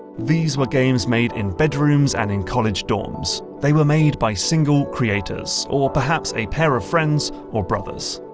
these were games made in bedrooms and in college dorms. they were made by single creators, or perhaps a pair of friends or brothers.